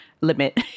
limit